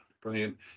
brilliant